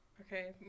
Okay